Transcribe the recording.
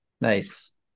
Nice